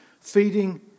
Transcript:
feeding